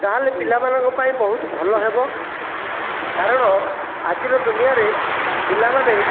ତା'ହେଲେ ପିଲା ମାନଙ୍କ ପାଇଁ ବହୁତ ଭଲ ହେବ କାରଣ ଆଜିର ଦୁନିଆରେ ପିଲାମାନେ